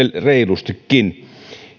reilustikin